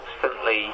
constantly